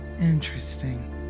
Interesting